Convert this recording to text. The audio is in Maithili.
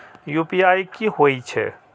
यू.पी.आई की होई छै?